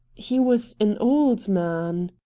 he was an old man.